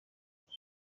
muri